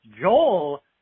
Joel